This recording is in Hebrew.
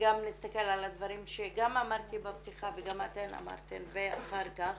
גם נסתכל על הדברים שאמרתי בפתיחה וגם אתן אמרתן אחר כך,